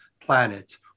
planets